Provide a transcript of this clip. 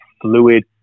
fluid